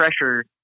pressure